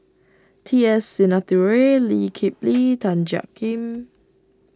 T S Sinnathuray Lee Kip Lee Tan Jiak Kim